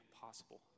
possible